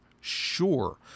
sure